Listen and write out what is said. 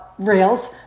rails